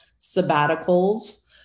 sabbaticals